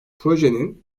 projenin